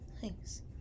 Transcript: thanks